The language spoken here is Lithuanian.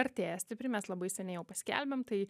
artėja stipri mes labai seniai jau paskelbėme tai